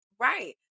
Right